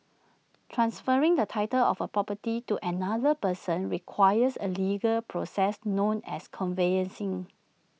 transferring the title of A property to another person requires A legal process known as conveyancing